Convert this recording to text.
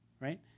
right